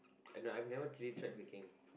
I know I never really try baking